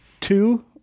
two